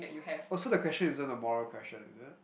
also the question isn't a moral question is it